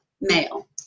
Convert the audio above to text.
male